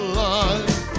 life